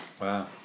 Wow